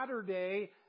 Saturday